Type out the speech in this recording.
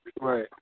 Right